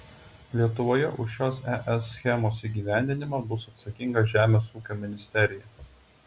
lietuvoje už šios es schemos įgyvendinimą bus atsakinga žemės ūkio ministerija